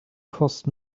cost